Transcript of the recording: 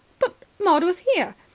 but maud was here.